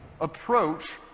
approach